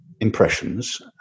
impressions